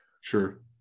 Sure